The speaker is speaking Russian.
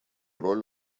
роль